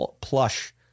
Plush